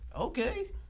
okay